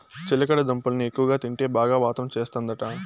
చిలకడ దుంపల్ని ఎక్కువగా తింటే బాగా వాతం చేస్తందట